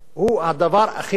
הוא הדבר הכי מדאיג.